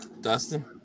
Dustin